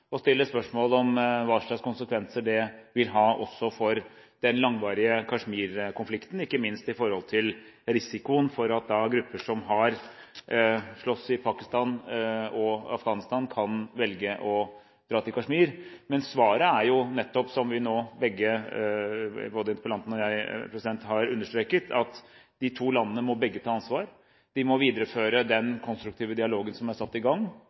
å stille spørsmål om hva slags konsekvenser det vil ha for den langvarige Kashmir-konflikten, ikke minst når det gjelder risikoen for at grupper som har slåss i Pakistan og Afghanistan, kan velge å dra til Kashmir. Men svaret er jo nettopp – som vi nå begge, både interpellanten og jeg, har understreket – at de to landene må begge ta ansvar. De må videreføre den konstruktive dialogen som er satt i gang.